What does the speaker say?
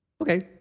Okay